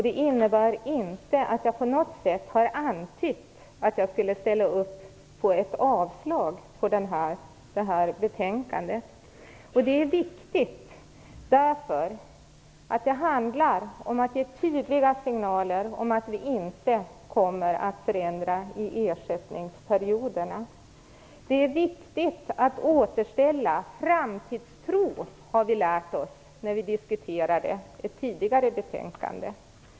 Det innebär inte att jag på något sätt har antytt att jag skulle ställa mig bakom ett avslag på betänkandet. Det är viktigt, därför att det handlar om att ge tydliga signaler om att vi inte kommer att förändra ersättningsperioderna. Det är viktigt att återställa framtidstron, har vi lärt oss när vi diskuterade ett tidigare betänkande.